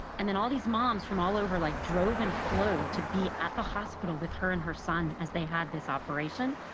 and then all these moms from all over, like, drove and flew to be at the hospital with her and her son as they had this operation.